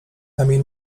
emil